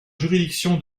juridiction